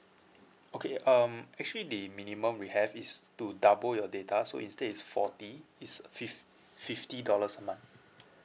okay um actually the minimum we have is to double your data so instead it's forty it's fif~ fifty dollars a month